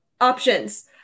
options